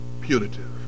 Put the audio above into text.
punitive